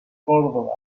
córdoba